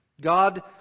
God